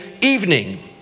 evening